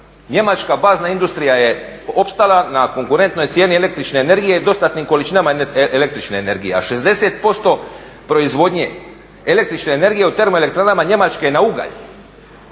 Njemačka bazna industrija je opstala na konkurentnoj cijeni električne energije i dostatnim količinama električne energije, a 60% proizvodnje električne energije u termoelektranama Njemačke je na ugalj.